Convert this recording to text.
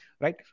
right